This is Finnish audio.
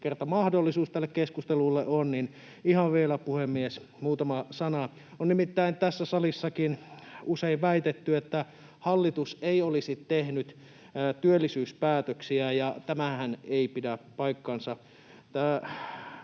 kerta mahdollisuus tälle keskustelulle on, niin ihan vielä, puhemies, muutama sana. On nimittäin tässä salissakin usein väitetty, että hallitus ei olisi tehnyt työllisyyspäätöksiä, ja tämähän ei pidä paikkaansa.